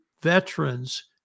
veterans